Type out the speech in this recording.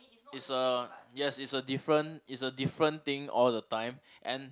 is a yes is a different is a different thing all the time and